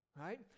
right